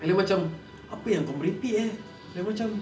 and then macam apa yang kau merepek eh dah macam